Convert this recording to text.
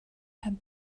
had